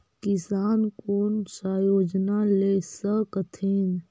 किसान कोन सा योजना ले स कथीन?